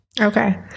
Okay